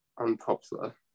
unpopular